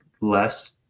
less